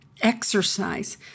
exercise